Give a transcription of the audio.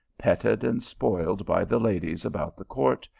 petted and spoiled by the ladies about the court,